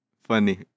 Funny